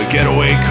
Getaway